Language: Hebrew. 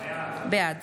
בעד